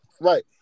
Right